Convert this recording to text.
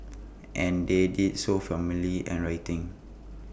and they did so formally and writing